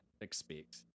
expect